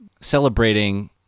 celebrating